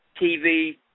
TV